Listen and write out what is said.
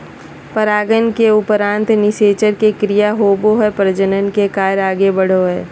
परागन के उपरान्त निषेचन के क्रिया होवो हइ और प्रजनन के कार्य आगे बढ़ो हइ